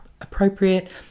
appropriate